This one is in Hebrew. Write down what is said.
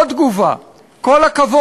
עוד תגובה: עם כל הכבוד,